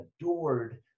adored